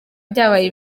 byabaye